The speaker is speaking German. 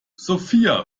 sophia